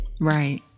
Right